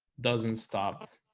doesn't stop